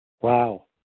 Wow